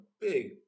big